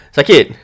Sakit